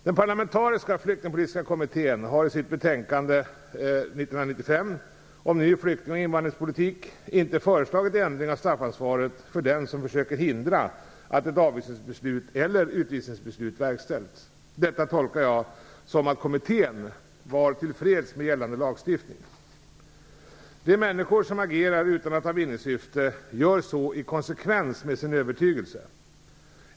Den parlamentariska flyktingpolitiska kommittén har i sitt betänkande om ny flykting och invandringspolitik inte föreslagit ändring av straffansvaret för den som försöker hindra att ett avvisnings eller utvisningsbeslut verkställs. Detta tolkar jag som att kommittén var till freds med gällande lagstiftning. De människor som agerar utan att ha vinningssyfte gör så i konsekvens med sin övertygelse.